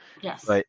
Yes